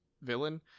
villain